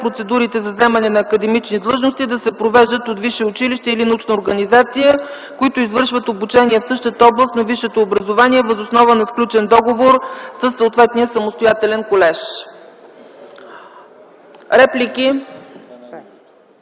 процедурите за заемане на академични длъжности да се провеждат от висше училище или научна организация, които извършват обучение в същата област на висшето образование, въз основа на сключен договор със съответния самостоятелен колеж. Има ли